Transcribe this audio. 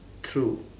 through